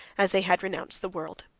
as they had renounced the world.